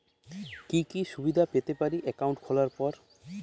কি কি সুবিধে পেতে পারি একাউন্ট খোলার পর?